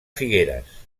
figueres